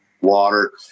water